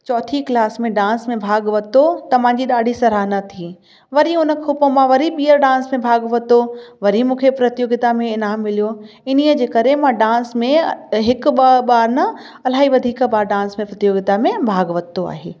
चौथी कलास में डांस में भाॻु वरितो त मुंहिंजी ॾाढी सरहाना थी वरी उन खां पोइ मां वरी ॿी डांस में भाॻु वरितो वरी मूंखे प्रतियोगिता में इनाम मिलियो इन्हीअ जे करे मां डांस में हिकु ॿ बार न इलाही वधीक बार डांस में प्रतियोगिता में भाॻु वरितो आहे